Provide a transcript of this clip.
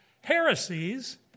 heresies